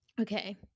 Okay